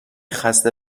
خسته